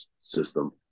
system